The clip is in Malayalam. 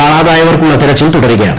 കാണാതായവർക്കായുള്ള തെരിച്ചിൽ തുടരുകയാണ്